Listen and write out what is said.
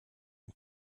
and